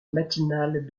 matinale